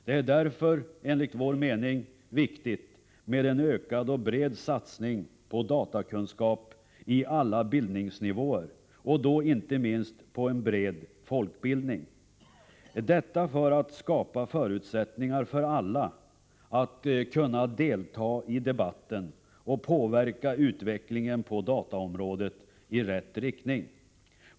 Det är därför, enligt vår mening, viktigt med en ökad och bred satsning på datakunskap i alla utbildningsnivåer och då inte minst på en bred folkbildning — detta för att skapa förutsättningar för alla att kunna delta i debatten och påverka utvecklingen på dataområdet i rätt riktning.